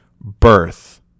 birth